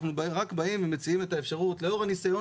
אנחנו באים ומציעים את האפשרות לאור הניסיון